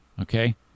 Okay